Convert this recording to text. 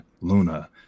Luna